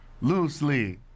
Loosely